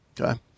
Okay